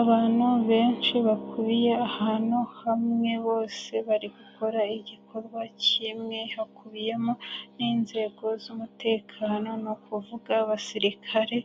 Abantu benshi bakubiye ahantu hamwe bose bari gukora igikorwa kimwe, hakubiyemo n'inzego z'umutekano ni ukuvuga abasirikare,